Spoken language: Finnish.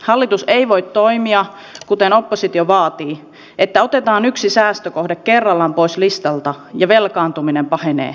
hallitus ei voi toimia kuten oppositio vaatii eli että otetaan yksi säästökohde kerrallaan pois listalta ja velkaantuminen pahenee